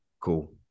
Cool